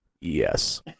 Yes